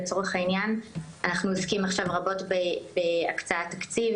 לצורך העניין - אנחנו עוסקים עכשיו רבות בהקצאת תקציב